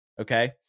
Okay